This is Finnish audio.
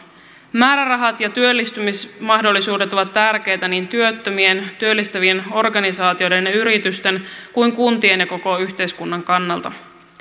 määrärahat ja työllistymismahdollisuudet ovat tärkeitä niin työttömien työllistävien organisaatioiden ja yritysten kuin kuntien ja koko yhteiskunnan kannalta